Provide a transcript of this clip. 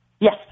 Yes